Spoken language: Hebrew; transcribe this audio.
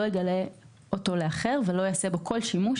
לא יגלה אותו לאחר ולא יעשה בו כל שימוש,